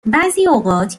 بعضیاوقات